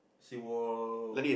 see wall